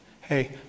hey